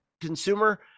consumer